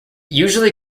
usually